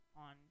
on